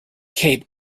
cape